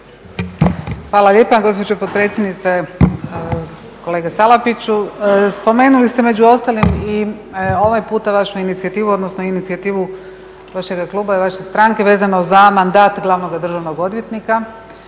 Hvala lijepa gospođo potpredsjednice. Kolega Salapiću, spomenuli ste među ostalim i ovaj puta vašu inicijativu, odnosno inicijativu vašega kluba i vaše stranke vezano za mandat glavnoga državnog odvjetnika.